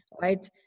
right